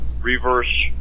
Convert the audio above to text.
reverse